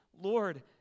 Lord